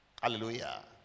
Hallelujah